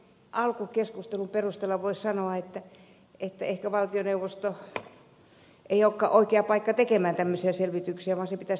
tämän alkukeskustelun perusteella voisi sanoa että ehkä valtioneuvosto ei olekaan oikea taho tekemään tämmöistä selvitystä vaan se pitäisi tilata ulkopuolelta